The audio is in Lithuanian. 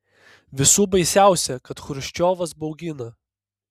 visų baisiausia kad chruščiovas baugina